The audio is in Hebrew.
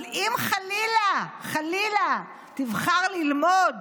אבל אם חלילה, חלילה, תבחר ללמוד